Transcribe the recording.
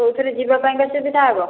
କେଉଁଥିରେ ଯିବା ପାଇଁକା ସୁବିଧା ହେବ